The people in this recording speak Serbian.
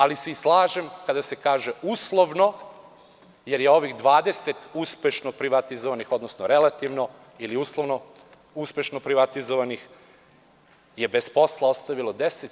Ali se i slažem kada se kaže uslovno, jer je ovih 20 uspešno privatizovanih, odnosno relativno ili uslovno uspešno privatizovanih je bez posla ostavilo 10.211 ljudi.